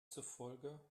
zufolge